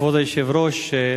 כבוד היושב-ראש,